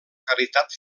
caritat